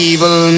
Evil